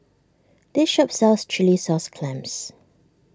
this shop sells Chilli Sauce Clams